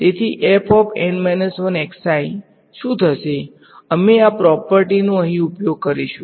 તેથી અમે આ પ્રોપર્ટીઝ નો અહીં ઉપયોગ કરીશું